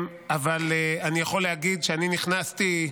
אבל אני יכול להגיד שאני נכנסתי,